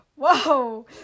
whoa